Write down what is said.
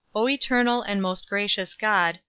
o eternal and most gracious god,